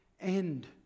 end